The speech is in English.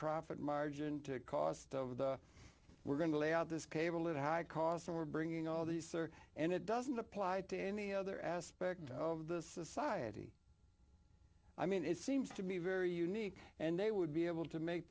profit margin to cost of the we're going to lay out this cable that high cost we're bringing all these are and it doesn't apply to any other aspect of the society i mean it seems to be very unique and they would be able to make